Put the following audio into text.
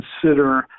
consider